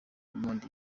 monde